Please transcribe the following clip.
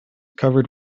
covered